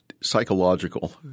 psychological